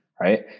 right